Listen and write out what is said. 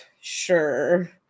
Sure